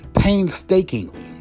painstakingly